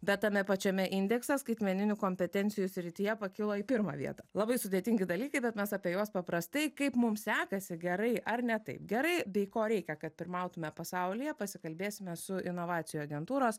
bet tame pačiame indeksas skaitmeninių kompetencijų srityje pakilo į pirmą vietą labai sudėtingi dalykai bet mes apie juos paprastai kaip mums sekasi gerai ar ne taip gerai bei ko reikia kad pirmautume pasaulyje pasikalbėsime su inovacijų agentūros